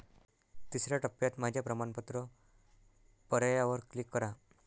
तिसर्या टप्प्यात माझ्या प्रमाणपत्र पर्यायावर क्लिक करा